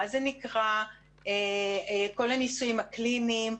מה נקרא כל הניסויים הקליניים,